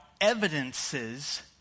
evidences